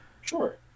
Sure